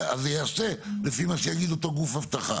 אז זה ייעשה לפי מה שיגיד אותו גוף אבטחה.